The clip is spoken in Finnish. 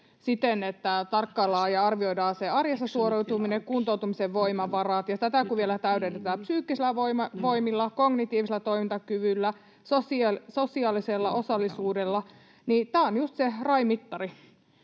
siten, että tarkkaillaan ja arvioidaan se arjessa suoriutuminen, kuntoutumisen voimavarat, ja tätä kun vielä täydennetään psyykkisillä voimilla, kognitiivisella toimintakyvyllä, sosiaalisella osallisuudella, niin tämä on just se RAI-mittari,